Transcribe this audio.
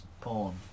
porn